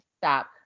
Stop